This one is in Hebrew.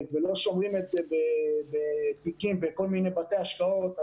ולא שומרים את זה בתיקים בכל מיני בתי השקעות,